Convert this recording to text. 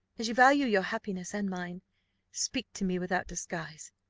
as you value your happiness and mine speak to me without disguise!